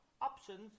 options